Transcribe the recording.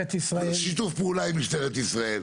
שיתוף פעולה עם משטרת ישראל,